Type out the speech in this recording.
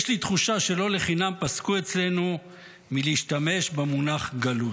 יש לי תחושה שלא לחינם פסקו אצלנו מלהשתמש במונח "גלות",